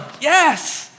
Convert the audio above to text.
yes